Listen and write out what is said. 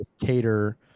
cater –